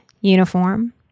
uniform